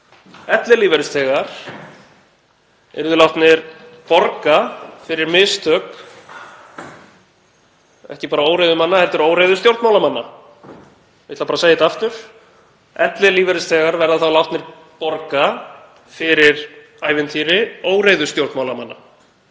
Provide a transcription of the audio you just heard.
ellilífeyrisþegar yrðu látnir borga fyrir mistök, ekki bara óreiðumanna heldur óreiðustjórnmálamanna. Ég ætla að segja þetta aftur: Ellilífeyrisþegar verða látnir borga fyrir ævintýri óreiðustjórnmálamanna.